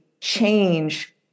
change